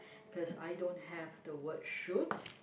cause I don't have the word should